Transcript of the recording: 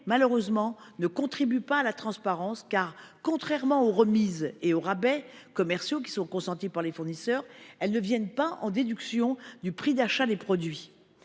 malheureusement, elles ne contribuent pas à la transparence. Contrairement aux remises et aux rabais commerciaux qui sont consentis par les fournisseurs, elles ne viennent pas en déduction du prix d’achat des produits.